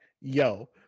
yo